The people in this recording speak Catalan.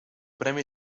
premi